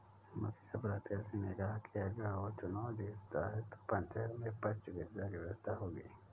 मुखिया प्रत्याशी ने कहा कि अगर वो चुनाव जीतता है तो पंचायत में पशु चिकित्सा की व्यवस्था होगी